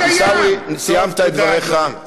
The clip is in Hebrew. עיסאווי, סיימת את דבריך.